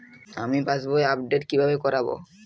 আমি পাসবই আপডেট কিভাবে করাব?